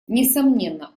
несомненно